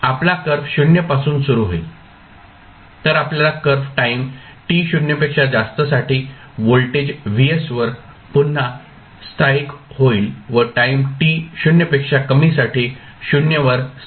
आपला कर्व 0 पासून सुरू होईल तर आपल्याला कर्व टाईम t 0 पेक्षा जास्तसाठी व्होल्टेज Vs वर पुन्हा स्थायिक होईल व टाईम t 0 पेक्षा कमीसाठी 0 वर स्थायिक होईल